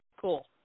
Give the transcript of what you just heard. Cool